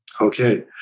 Okay